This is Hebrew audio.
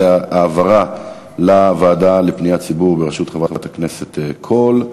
זה העברה לוועדה לפניות הציבור בראשות חברת הכנסת קול.